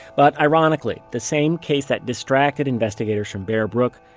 but ironically, the same case that distracted investigators from bear brook,